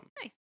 Nice